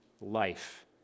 life